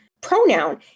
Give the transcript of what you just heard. pronoun